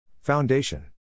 Foundation